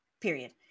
period